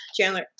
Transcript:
Chandler